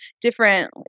different